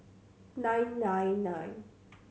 nine nine nine